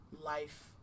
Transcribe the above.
life